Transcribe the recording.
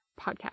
podcast